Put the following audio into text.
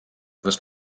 was